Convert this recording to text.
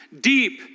deep